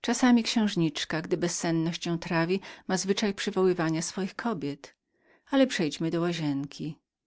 czasami księżniczka gdy bezsenność ją trawi ma zwyczaj przywoływania swoich kobiet ale przejdźmy do